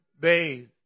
bathe